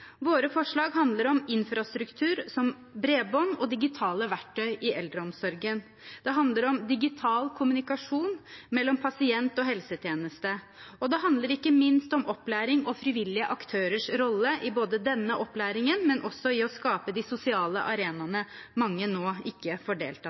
Våre forslag handler om infrastruktur som bredbånd og digitale verktøy i eldreomsorgen. Det handler om digital kommunikasjon mellom pasient og helsetjeneste. Og det handler ikke minst om opplæring og frivillige aktørers rolle i denne opplæringen, men også i å skape de sosiale